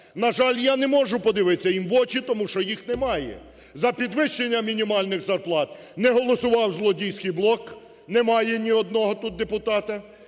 На жаль, я не можу подивитися в очі, тому що їх немає. За підвищення мінімальних зарплат не голосував "злодійський" блок, немає ні одного тут депутата,.